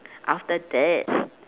after this